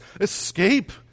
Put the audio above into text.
escape